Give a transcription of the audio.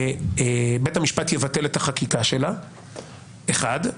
בית המשפט יבטל את החקיקה שלה, זה דבר אחד.